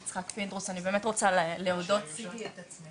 אני באמת רוצה להודות לך על הועדה הזו.